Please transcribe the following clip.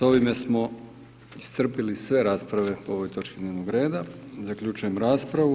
S ovim se smo iscrpili sve rasprave po ovoj točki dnevnog reda, zaključujem raspravu.